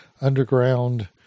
underground